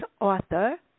author